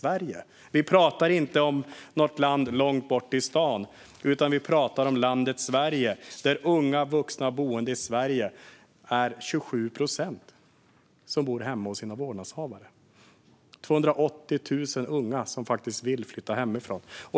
Vi pratar inte om Långtbortistan, utan vi pratar om landet Sverige, där 27 procent av ungdomarna bor hemma hos sina vårdnadshavare - 280 000 unga som vill flytta hemifrån.